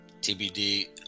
TBD